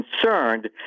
concerned